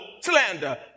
Slander